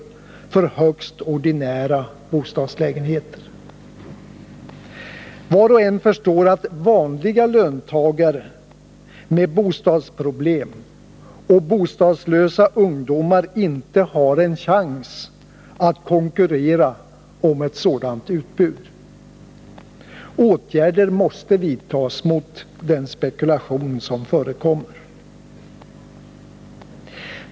för högst ordinära bostadsrättslägenheter. Var och en förstår att vanliga löntagare med bostadsproblem och bostadslösa ungdomar inte har en chans att konkurrera om ett sådant utbud. Åtgärder måste vidtas mot den spekulation som förekommer.